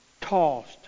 tossed